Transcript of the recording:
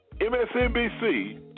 MSNBC